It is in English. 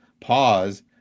pause